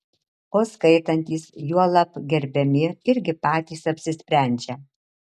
o skaitantys juolab gerbiami irgi patys apsisprendžia